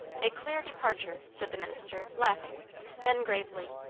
a clear departure! said the minister, laughing then gravely,